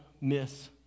miss